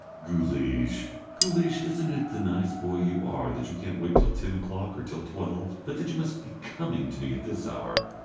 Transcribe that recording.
guleesh, guleesh, isn't it the nice boy you are that you can't wait till ten o'clock or till twelve, but that you must be coming to me at this hour,